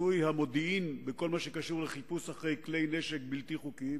למיצוי המודיעין בכל הקשור לחיפוש אחרי כלי נשק בלתי חוקיים.